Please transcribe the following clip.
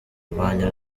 kurwanya